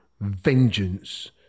vengeance